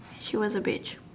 she was a bitch